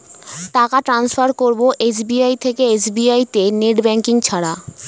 টাকা টান্সফার করব এস.বি.আই থেকে এস.বি.আই তে নেট ব্যাঙ্কিং ছাড়া?